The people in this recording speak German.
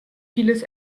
vieles